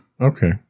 Okay